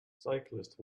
cyclist